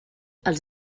els